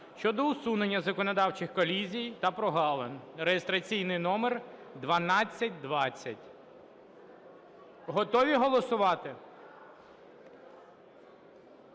(щодо усунення законодавчих колізій та прогалин) (реєстраційний номер 1220). Готові голосувати?